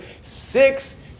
Six